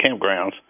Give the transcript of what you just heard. campgrounds